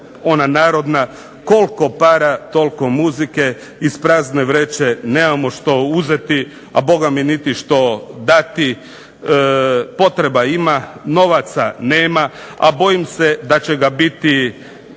ona narodna koliko para toliko muzike, iz prazne vreće nemamo što uzeti, a bogami niti što dati. Potreba ima, novaca nema, a bojim se da će ga biti